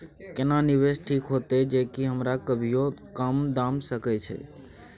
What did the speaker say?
केना निवेश ठीक होते जे की हमरा कभियो काम दय सके?